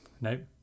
no